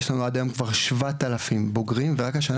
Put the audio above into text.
יש לנו היום כבר כ-7,000 בוגרים והשנה